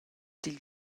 dil